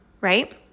right